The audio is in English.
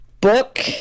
book